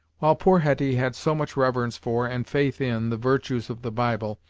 while poor hetty had so much reverence for, and faith in, the virtues of the bible,